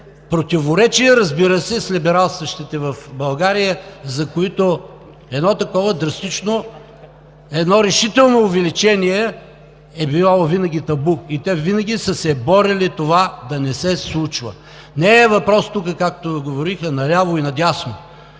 противоречие, разбира се, с либералстващите в България, за които едно такова драстично увеличение е било винаги табу и те винаги са се борили това да не се случва?! Не е това въпросът тук, както говориха наляво и надясно,